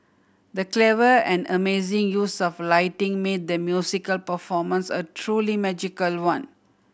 the clever and amazing use of lighting made the musical performance a truly magical one